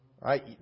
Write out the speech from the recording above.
right